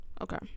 okay